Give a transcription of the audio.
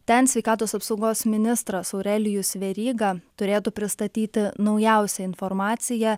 ten sveikatos apsaugos ministras aurelijus veryga turėtų pristatyti naujausią informaciją